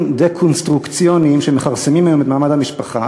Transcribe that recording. דקונסטרוקציוניים שמכרסמים היום את מעמד המשפחה,